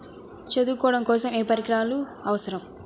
చల్లడం కోసం ఏ పరికరాలు అవసరం?